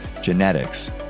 Genetics